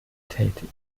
tätig